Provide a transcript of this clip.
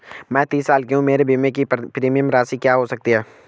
मैं तीस साल की हूँ मेरे बीमे की प्रीमियम राशि क्या हो सकती है?